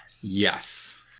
Yes